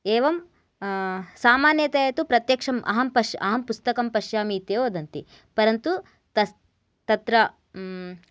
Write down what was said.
एवं सामान्यतया तु प्रत्यक्षम् अहं पश्य अहं पुस्तकं पश्यामि इति एव वदन्ति परन्तु तस् तत्र